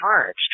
charged